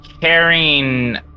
carrying